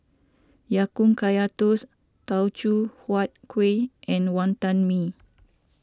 Ya Kun Kaya Toast Teochew Huat Kueh and Wonton Mee